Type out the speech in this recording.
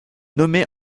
nommée